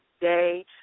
day